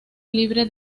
libre